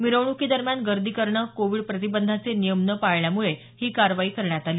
मिरवणुकीदरम्यान गर्दी करणं कोविड प्रतिबंधाचे नियम न पाळल्यामुळे ही कारवाई करण्यात आली